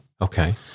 Okay